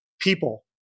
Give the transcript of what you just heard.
People